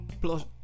plus